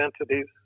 entities